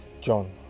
John